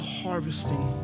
harvesting